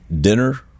dinner